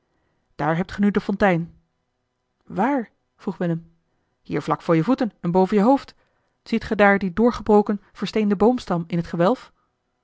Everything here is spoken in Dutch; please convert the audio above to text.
daar hebt ge nu de fontein waar vroeg willem hier vlak voor je voeten en boven je hoofd ziet ge daar dien doorgebroken versteenden boomstam in het gewelf